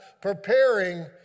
preparing